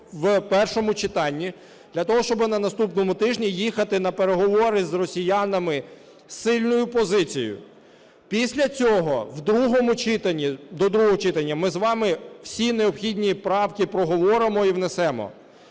в першому читанні для того, щоби на наступному тижні їхати на переговори з росіянами з сильною позицією. Після цього, в другому читанні, до другого читання ми з вами всі необхідні правки проговоримо і внесемо.